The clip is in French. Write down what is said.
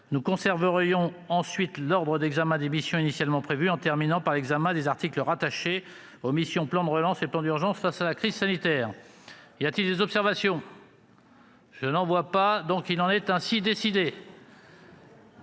Nous conserverions ensuite l'ordre d'examen initialement prévu, en terminant par l'examen des articles rattachés aux missions « Plan de relance » et « Plan d'urgence face à la crise sanitaire ». Y a-t-il des observations ?... Il en est ainsi décidé.